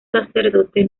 sacerdote